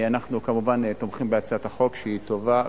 וכמובן תומכים בהצעת החוק, שהיא טובה ומבורכת.